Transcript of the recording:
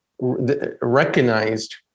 recognized